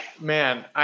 Man